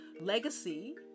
legacy